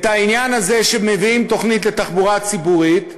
העניין הזה שמביאים תוכנית לתחבורה ציבורית,